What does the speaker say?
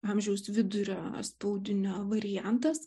amžiaus vidurio spaudinio variantas